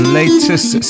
latest